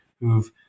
who've